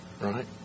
right